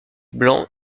blanc